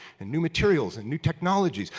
and new materials, and new technologies.